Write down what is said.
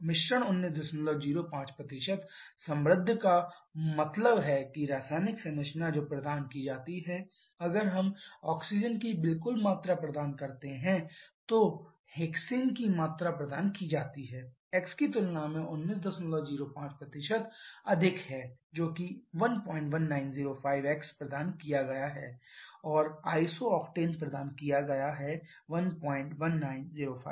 मिश्रण 1905 समृद्ध का मतलब है कि रासायनिक संरचना जो प्रदान की जाती है अगर हम ऑक्सीजन की बिल्कुल मात्रा प्रदान करते हैं तो हेक्सेन की मात्रा प्रदान की जाती है x की तुलना में 1905 अधिक है जो कि 11905x प्रदान किया गया है और आइसोक्टेन प्रदान किया गया है 11905